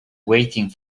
waiting